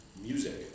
music